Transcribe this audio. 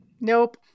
Nope